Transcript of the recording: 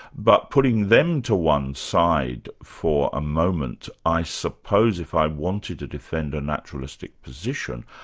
but putting them to one side for a moment, i suppose if i wanted to defend a naturalistic position,